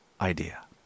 idea